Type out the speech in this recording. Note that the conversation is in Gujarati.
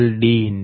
d214 D